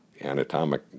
anatomic